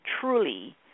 truly